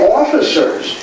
officers